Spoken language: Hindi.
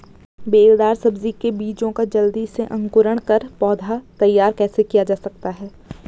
बेलदार सब्जी के बीजों का जल्दी से अंकुरण कर पौधा तैयार कैसे किया जा सकता है?